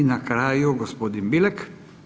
I na kraju gospodin Bilek.